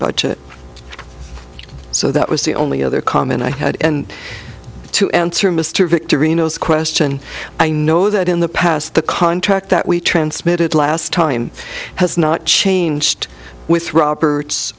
budget so that was the only other comment i had and to answer mr victory in those question i know that in the past the contract that we transmitted last time has not changed with roberts